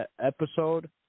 episode